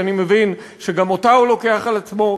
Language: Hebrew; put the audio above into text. שאני מבין שגם אותה הוא לוקח על עצמו?